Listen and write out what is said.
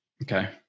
Okay